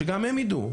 שגם הם יידעו.